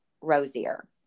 rosier